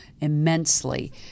immensely